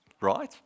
right